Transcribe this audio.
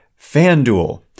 FanDuel